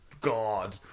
god